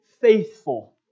faithful